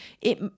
It-